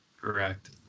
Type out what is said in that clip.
Correct